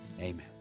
Amen